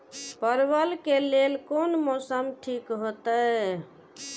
परवल के लेल कोन मौसम ठीक होते?